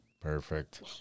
Perfect